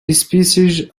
species